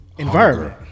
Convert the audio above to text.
environment